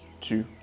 two